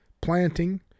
planting